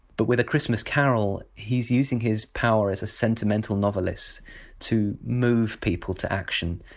but with a christmas carol he's using his power as a sentimental novelist to move people to action,